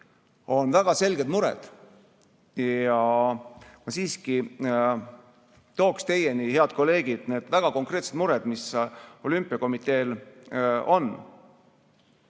on väga selged mured. Ma siiski tooksin teieni, head kolleegid, need väga konkreetsed mured, mis olümpiakomiteel on.